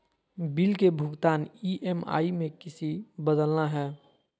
Bill के भुगतान EMI में किसी बदलना है?